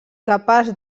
capaç